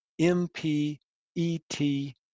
M-P-E-T